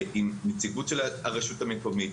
עם נציגות של הרשות המקומית,